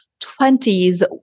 20s